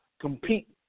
compete